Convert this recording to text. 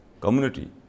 community